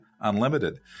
Unlimited